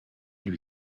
lui